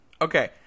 Okay